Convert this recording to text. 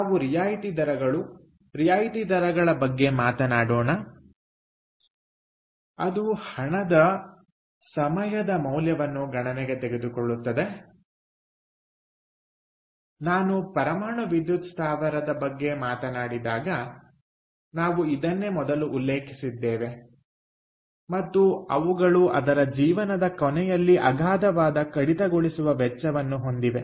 ನಾವು ರಿಯಾಯಿತಿ ದರಗಳು ರಿಯಾಯಿತಿ ದರಗಳ ಬಗ್ಗೆ ಮಾತನಾಡೋಣ ಅದು ಹಣದ ಹಣದ ಸಮಯದ ಮೌಲ್ಯವನ್ನು ಗಣನೆಗೆ ತೆಗೆದುಕೊಳ್ಳುತ್ತದೆ ನಾನು ಪರಮಾಣು ವಿದ್ಯುತ್ ಸ್ಥಾವರ ಬಗ್ಗೆ ಮಾತನಾಡಿದಾಗ ನಾವು ಇದನ್ನು ಮೊದಲೇ ಉಲ್ಲೇಖಿಸಿದ್ದೇವೆ ಮತ್ತು ಅವುಗಳು ಅದರ ಜೀವನದ ಕೊನೆಯಲ್ಲಿ ಅಗಾಧವಾದ ಕಡಿತಗೊಳಿಸುವ ವೆಚ್ಚವನ್ನು ಹೊಂದಿವೆ